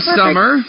summer